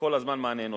כל הזמן מענה אנושי.